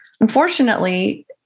Unfortunately